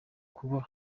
kuba